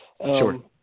Sure